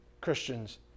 Christians